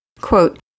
Quote